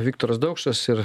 viktoras daukšas ir